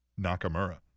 Nakamura